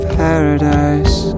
paradise